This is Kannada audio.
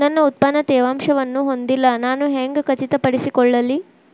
ನನ್ನ ಉತ್ಪನ್ನ ತೇವಾಂಶವನ್ನು ಹೊಂದಿಲ್ಲಾ ನಾನು ಹೆಂಗ್ ಖಚಿತಪಡಿಸಿಕೊಳ್ಳಲಿ?